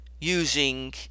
using